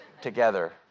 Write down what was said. together